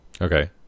Okay